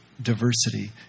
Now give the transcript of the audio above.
Diversity